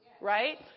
Right